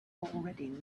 already